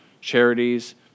charities